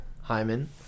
Hyman